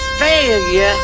failure